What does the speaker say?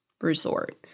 resort